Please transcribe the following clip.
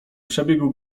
przebiegł